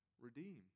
Redeem